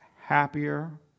happier